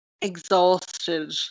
exhausted